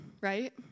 right